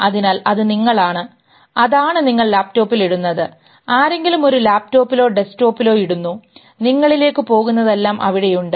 അതിനാൽ അത് നിങ്ങളാണ് അതാണ് നിങ്ങൾ ലാപ്ടോപ്പിൽ ഇടുന്നത് ആരെങ്കിലും ഒരു ലാപ്ടോപ്പിലോ ഡെസ്ക്ടോപ്പിലോ ഇടുന്നു നിങ്ങളിലേക്ക് പോകുന്നതെല്ലാം അവിടെയുണ്ട്